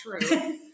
true